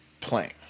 playing